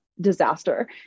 disaster